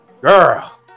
girl